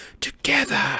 together